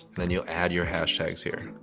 then you add your hashtags here